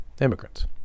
immigrants